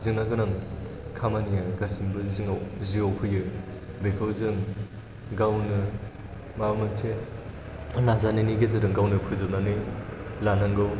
जेंना गोनां खामानिया गासैबो जिउआव फैयो बेखौ जों गावनो माबा मोनसे नाजानायनि गेजेरजों गावनो फोजोबनानै लानांगौ